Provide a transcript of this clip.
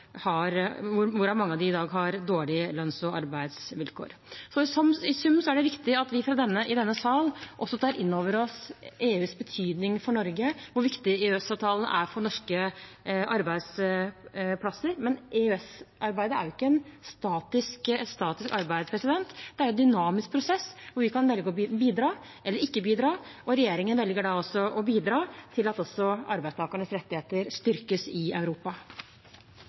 har dårlige lønns- og arbeidsvilkår. Så i sum er det viktig at vi i denne sal også tar inn over oss EUs betydning for Norge og hvor viktig EØS-avtalen er for norske arbeidsplasser. Men EØS-arbeidet er ikke et statisk arbeid, det er en dynamisk prosess hvor vi kan velge å bidra eller ikke bidra. Regjeringen velger altså å bidra til at også arbeidstakernes rettigheter styrkes i Europa.